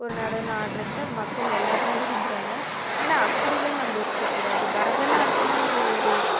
ஒரு நடனம் ஆடுறத்தான் மக்கள் எல்லோருமே விரும்புகிறாங்க ஆனால் அப்படிலாம் நம்ம இருக்கக்கூடாது பரதநாட்டியோங்கிற ஒரு